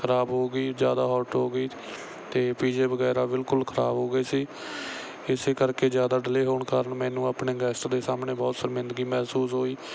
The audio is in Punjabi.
ਖਰਾਬ ਹੋ ਗਈ ਜ਼ਿਆਦਾ ਹੋਟ ਹੋ ਗਈ ਅਤੇ ਪੀਜੇ ਵਗੈਰਾ ਬਿਲਕੁਲ ਖਰਾਬ ਹੋ ਗਏ ਸੀ ਇਸ ਕਰਕੇ ਜ਼ਿਆਦਾ ਡਿਲੇਅ ਹੋਣ ਕਾਰਨ ਮੈਨੂੰ ਆਪਣੇ ਗੈਸਟ ਦੇ ਸਾਹਮਣੇ ਬਹੁਤ ਸ਼ਰਮਿੰਦਗੀ ਮਹਿਸੂਸ ਹੋਈ